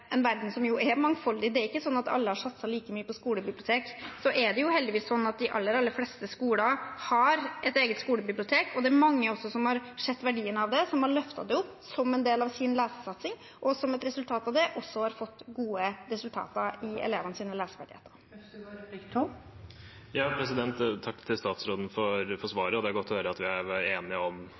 en verden som er mangfoldig, det er ikke sånn at alle har satset like mye på skolebibliotek, er det heldigvis sånn at de aller fleste skoler har et eget skolebibliotek. Det er også mange som har sett verdien av det, som har løftet det opp som en del av sin lesesatsing, og som et resultat av det også har fått gode resultater i elevenes leseferdigheter. Takk til statsråden for svaret. Det er godt å høre at vi er enige om